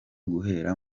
guhera